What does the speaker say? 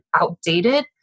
outdated